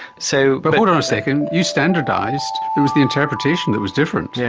so but hold on a second, you standardised, it was the interpretation that was different. yeah